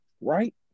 right